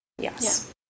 Yes